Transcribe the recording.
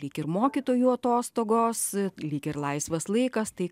lyg ir mokytojų atostogos lyg ir laisvas laikas tai